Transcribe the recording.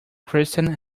kristen